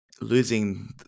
Losing